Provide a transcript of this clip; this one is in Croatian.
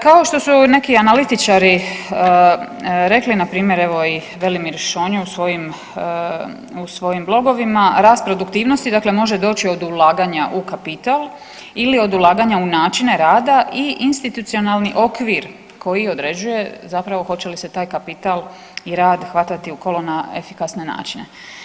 Kao što su neki analitičari rekli npr. evo i Velimir Šonje u svojim blogovima, rast produktivnosti može doći od ulaganja u kapital ili od ulaganja u načine rada i institucionalni okvir koji određuje hoće li se taj kapital i rad u kolo na efikasne načine.